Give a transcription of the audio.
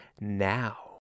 now